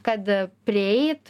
kad prieit